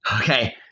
Okay